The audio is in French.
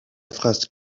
phase